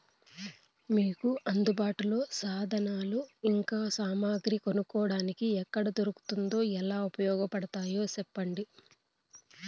మీకు అందుబాటులో సాధనాలు ఇంకా సామగ్రి కొనుక్కోటానికి ఎక్కడ దొరుకుతుందో ఎలా ఉపయోగపడుతాయో సెప్పండి?